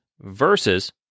versus